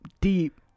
deep